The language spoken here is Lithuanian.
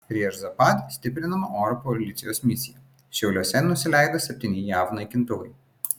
prieš zapad stiprinama oro policijos misija šiauliuose nusileido septyni jav naikintuvai